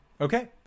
Okay